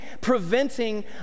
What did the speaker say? preventing